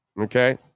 okay